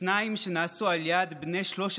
שניים נעשו על ידי בני 13